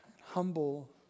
humble